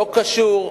לא קשור,